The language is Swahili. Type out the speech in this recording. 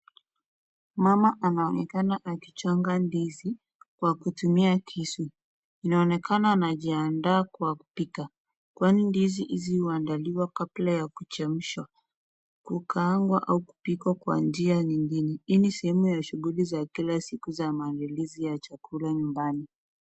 Mama anaonekana akichonga ndizi kwa kutumia kisu, inaonekana anajiandaa kwa kupika kwani ndizi hizi huandaliwa kabla ya kuchemshwa, hukaangwa au kupikwa kwa njia nyingine. Hii ni sehemu ya shughuli za kila siku za maandalizi ya chakula ya nyumbani.